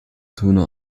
töne